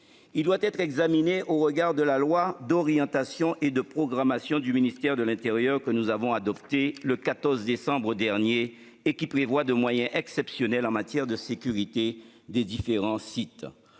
Il doit être examiné au regard de la loi d'orientation et de programmation du ministère de l'intérieur, que nous avons adoptée le 14 décembre dernier, et qui prévoit des moyens exceptionnels en matière de sécurité des différents sites.